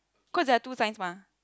caused there are two signs mah